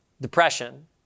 depression